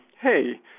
hey